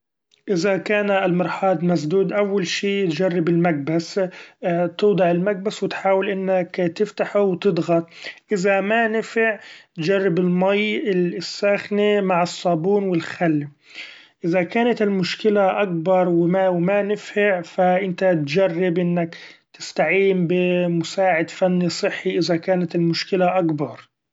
إذا كان المرحاض مسدود أول شي تجرب المكبس ، توضع المكبس و تحاول إنك تفتحو و تضغط إذا ما نفع جرب المي الساخني مع الصابون و الخل ، إذا كانت المشكله أكبر و ما-ما نفع ف أنت تجرب إنك تستعين بمساعد فني صحي إذا كانت المشكلة أكبر.